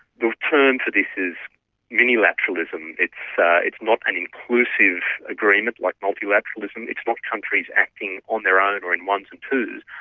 the term for this is mini-lateralism, it's it's not an inclusive agreement like multilateralism, it's not countries acting on their own and or in ones and twos,